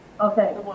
Okay